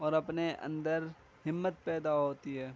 اور اپنے اندر ہمت پیدا ہوتی ہے